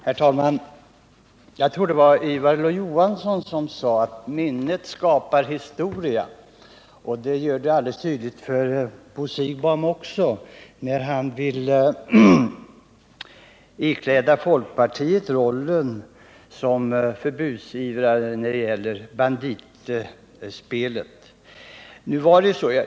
Herr talman! Jag tror det var Ivar Lo-Johansson som sade att minnet skapar historia. Det gör det alldeles tydligt för Bo Siegbahn också när han vill ikläda folkpartiet rollen av förbudsivrare när det gäller banditspelet.